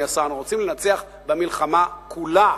אנחנו רוצים לנצח במלחמה כולה.